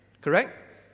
Correct